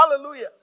Hallelujah